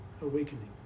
awakening